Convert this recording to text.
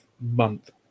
month